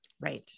Right